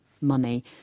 money